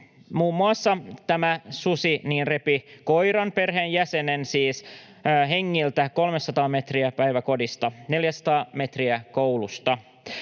muun muassa koiran, siis perheenjäsenen, hengiltä 300 metriä päiväkodista, 400 metriä koulusta.